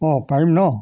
অঁ পাৰিম ন